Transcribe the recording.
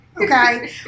Okay